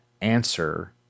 answer